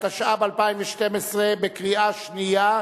(תיקון), התשע"ב 2012, בקריאה שנייה,